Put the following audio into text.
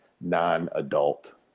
non-adult